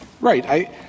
Right